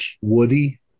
Woody